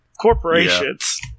corporations